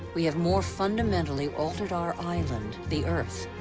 we have more fundamentally altered our island, the earth,